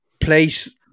Place